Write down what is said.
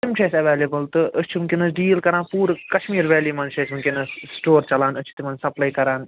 تِم چھِ اسہِ ایٚولیبل تہٕ أسۍ چھِ وُنکیٚس ڈیٖل کَران پورٕ کشمیٖر ویلی منٛز چھ اسہِ وُنکیٚس سِٹور چَلان أسۍ چھِ تِمن سپلاے کَران